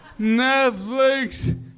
Netflix